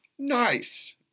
Nice